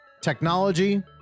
technology